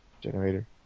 generator